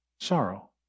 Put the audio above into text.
Sorrow